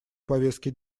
повестки